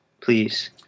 please